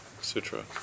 Sutra